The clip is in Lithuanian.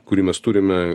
kurį mes turime